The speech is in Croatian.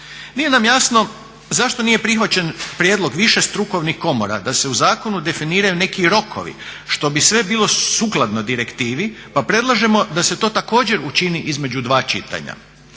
Nije nam jasno zašto nije prihvaćen prijedlog više strukovnih komora da se u zakonu definiraju neki rokovi što bi sve bilo sukladno direktivi pa predlažemo da se to također učini između dva čitanja.